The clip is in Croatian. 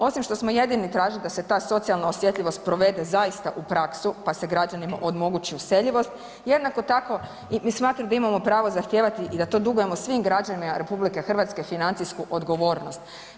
Osim što smo jedini tražili da se ta socijalna osjetljivost provede zaista u praksu pa se građanima omogući useljivost, jednako tako smatramo da imamo pravo zahtijevati i da to dugujemo svim građanima RH financijsku odgovornost.